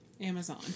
Amazon